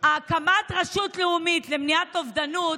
הקמת רשות לאומית למניעת אובדנות,